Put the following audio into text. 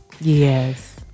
Yes